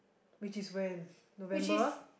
which is when November